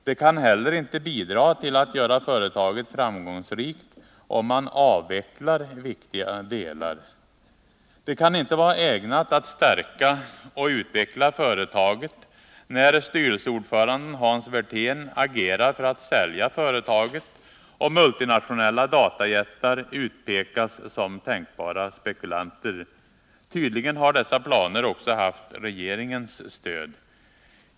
Det kan heller inte bidra till att göra företaget Datasaab AB framgångsrikt om man avvecklar viktiga delar. Det kan inte vara ägnat att stärka och utveckla företaget när styrelseord föranden Hans Werthén agerar för att sälja företaget, och multinationella datajättar utpekas som tänkbara spekulanter. Tydligen har dessa planer också haft regeringens stöd.